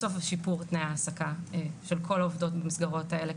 בסוף שיפור תנאי ההעסקה של כל העובדות במסגרות האלה,